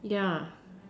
yeah